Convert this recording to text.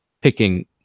picking